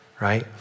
right